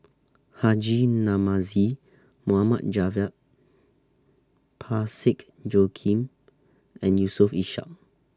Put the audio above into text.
Haji Namazie Mohamed Javad Parsick Joaquim and Yusof Ishak